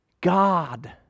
God